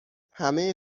همه